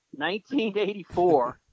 1984